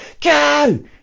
go